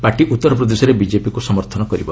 party ଉତ୍ତରପ୍ରଦେଶରେ ବିଜେପିକୁ ସମର୍ଥନ କରିବ